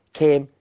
came